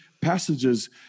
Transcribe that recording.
passages